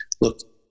Look